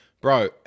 bro